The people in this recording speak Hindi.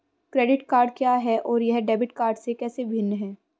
क्रेडिट कार्ड क्या है और यह डेबिट कार्ड से कैसे भिन्न है?